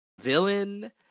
villain